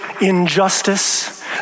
injustice